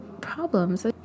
problems